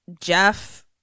Jeff